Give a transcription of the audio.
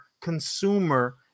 consumer